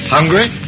Hungry